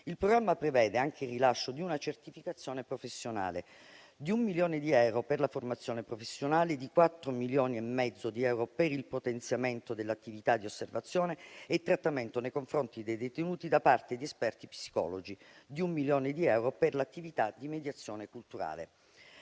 delle ammende ha altresì predisposto lo stanziamento di un milione di euro per la formazione professionale, di quattro milioni e mezzo di euro per il potenziamento dell'attività di osservazione e trattamento nei confronti dei detenuti da parte di esperti psicologi e di un milione di euro per l'attività di mediazione culturale.